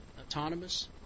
autonomous